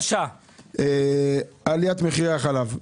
לגבי עליית מחירי החלב.